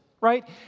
right